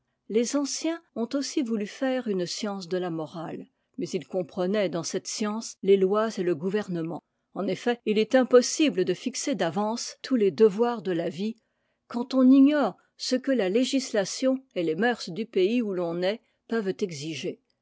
les anciens ont aussi voulu faire une science de la morale mais ils comprenaient dans cette science les lois et le gouvernement en effet il est impossible de fixer d'avance tous les devoirs tte la vie quand on ignore ce que la législation t les mœurs du pays où l'on est peuvent exiger